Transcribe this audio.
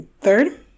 Third